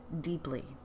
deeply